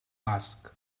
basc